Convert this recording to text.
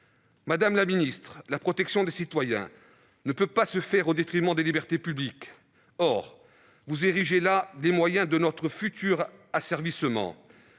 Madame la ministre, la protection des citoyens ne peut pas se faire au détriment des libertés publiques. Or vous mettez en oeuvre les moyens de notre futur asservissement,